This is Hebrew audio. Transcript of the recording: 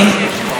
תודה רבה.